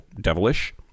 devilish